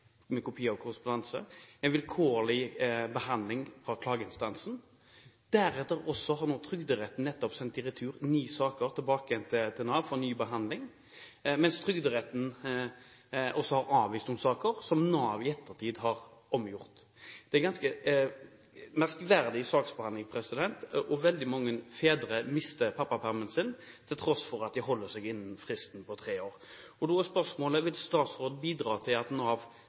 kopi av korrespondanse – fra klageinstansen. Så har også Trygderetten nettopp sendt i retur ni saker til Nav for ny behandling, mens Trygderetten også har avvist noen saker som Nav i ettertid har omgjort. Det er en ganske merkverdig saksbehandling, og veldig mange fedre mister pappapermen sin, til tross for at de holder seg innen fristen på tre år. Da er spørsmålet: Vil statsråden bidra til at Nav har en